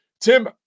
Tim